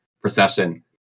procession